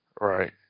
Right